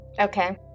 Okay